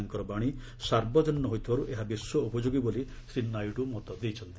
ତାଙ୍କର ବାଶୀ ସାର୍ବଜନୀନ ହୋଇଥିବାରୁ ଏହା ବିଶ୍ୱ ଉପଯୋଗୀ ବୋଲି ଶ୍ରୀ ନାଇଡ଼ୁ ମତ ଦେଇଛନ୍ତି